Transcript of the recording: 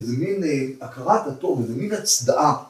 זה מין הכרת הטוב, זה מין הצדעה.